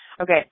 Okay